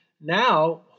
now